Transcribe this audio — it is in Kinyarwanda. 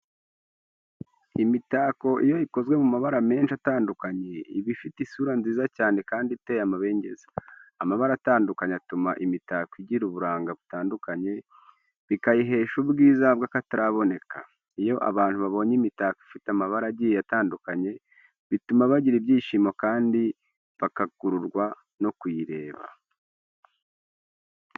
Imitako iyo ikozwe mu mabara menshi atandukanye, iba ifite isura nziza cyane kandi iteye amabengeza. Amabara atandukanye atuma imitako igira uburanga butandukanye, bikayihesha ubwiza bw’akataraboneka. Iyo abantu babonye imitako ifite amabara agiye atandukanye, bituma bagira ibyishimo kandi bagakururwa no kuyireba.